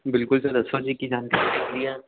ਬਿਲਕੁਲ ਸਰ ਦੱਸੋ ਜੀ ਕੀ ਜਾਣਕਾਰੀ ਚਾਹੀਦੀ ਆ